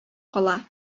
кала